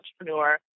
entrepreneur